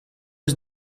eus